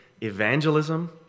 evangelism